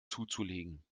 zuzulegen